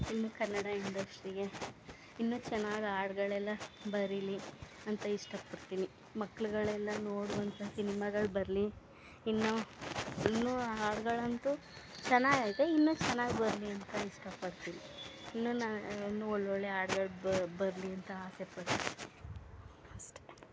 ಇನ್ನೂ ಕನ್ನಡ ಇಂಡಸ್ಟ್ರಿಗೆ ಇನ್ನೂ ಚೆನ್ನಾಗಿ ಹಾಡ್ಗಳೆಲ್ಲ ಬರೀಲಿ ಅಂತ ಇಷ್ಟಪಡ್ತೀನಿ ಮಕ್ಳುಗಳೆಲ್ಲ ನೋಡುವಂಥ ಸಿನಿಮಾಗಳು ಬರಲಿ ಇನ್ನೂ ಇನ್ನೂ ಹಾಡುಗಳಂತೂ ಚೆನ್ನಾಗೈತೆ ಇನ್ನೂ ಚೆನ್ನಾಗಿ ಬರಲಿ ಅಂತ ಇಷ್ಟಪಡ್ತೀನಿ ಇನ್ನೂ ನಾನು ಒಳ್ಳೊಳ್ಳೆಯ ಹಾಡ್ಗಳ್ ಬರಲಿ ಅಂತ ಆಸೆಪಡ್ತೀನಿ ಅಸ್